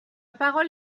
parole